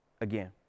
again